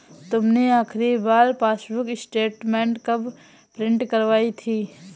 तुमने आखिरी बार पासबुक स्टेटमेंट कब प्रिन्ट करवाई थी?